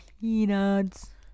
peanuts